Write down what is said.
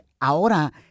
ahora